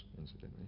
incidentally